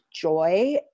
joy